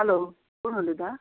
hello कोण उलयता